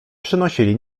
przynosili